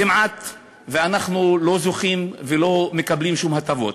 אנחנו כמעט לא זוכים ולא מקבלים שום הטבות.